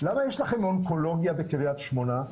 למה יש לכם אונקולוגיה בקריית שמונה?